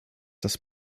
das